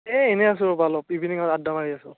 এ এনেই আছো ৰ'বা অলপ ইভিনিংত আড্ডা মাৰি আছোঁ